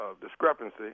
discrepancy